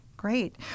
Great